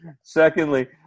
Secondly